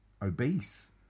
obese